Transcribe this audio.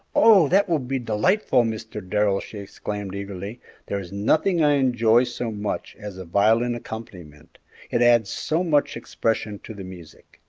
oh, that will be delightful, mr. darrell! she exclaimed, eagerly there is nothing i enjoy so much as a violin accompaniment it adds so much expression to the music.